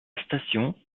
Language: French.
station